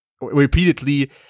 repeatedly